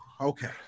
okay